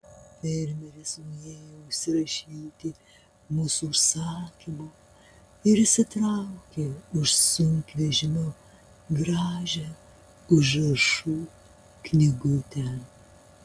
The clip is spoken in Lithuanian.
fermeris nuėjo užsirašyti mūsų užsakymo ir išsitraukė iš sunkvežimio gražią užrašų knygutę